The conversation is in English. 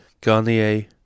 Garnier